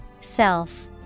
Self